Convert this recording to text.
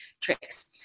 tricks